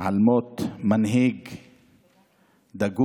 על מות מנהיג דגול.